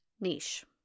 niche